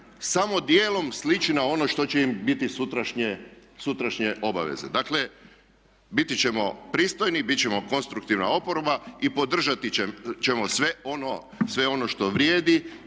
samo dijelom sliči na ono što će im biti sutrašnje obaveze. Dakle, biti ćemo pristojni, bit ćemo konstruktivna oporba i podržat ćemo sve ono što vrijedi